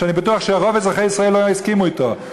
שאני בטוח שרוב אזרחי ישראל לא יסכימו אתו: